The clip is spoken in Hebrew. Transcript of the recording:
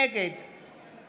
נגד